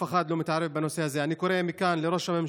נוספות על מנת לגנות את היועצת המשפטית של